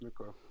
Okay